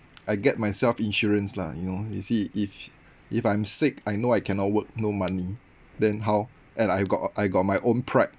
I get myself insurance lah you know you see if if I'm sick I know I cannot work no money then how and I got uh I got my own pride